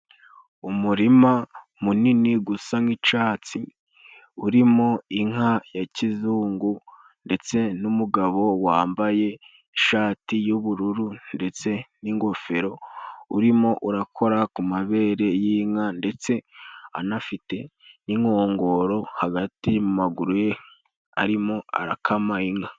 Umurima munini gusa nk'icatsi urimo inka ya kizungu, ndetse n'umugabo wambaye ishati y'ubururu ndetse n'ingofero, urimo urakora ku mabere y'inka, ndetse anafite n'inkongoro hagati mu maguru ye arimo arakama inka.